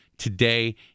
today